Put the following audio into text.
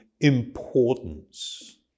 importance